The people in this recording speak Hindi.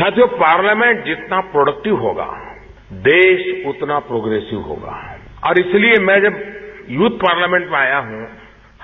साथियो पार्लियामेंट जितना प्रोडेक्टिव होगा देश उतना प्रोगेसिव होगा और इसलिए मैं जब यूथ पार्लियामेंट में आया हूं